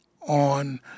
on